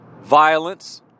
violence